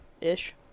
ish